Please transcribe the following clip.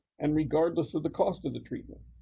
and regardless of the cost of the treatment.